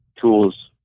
tools